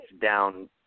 down